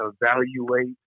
evaluate